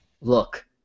Look